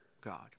God